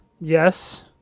Yes